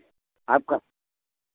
आपका